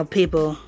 people